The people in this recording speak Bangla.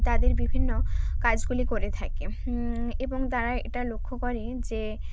তাদের বিভিন্ন কাজগুলি করে থাকে এবং তারা এটা লক্ষ্য করে যে